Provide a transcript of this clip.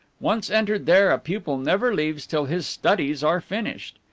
once entered there, a pupil never leaves till his studies are finished.